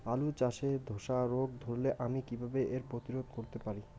আলু চাষে ধসা রোগ ধরলে আমি কীভাবে এর প্রতিরোধ করতে পারি?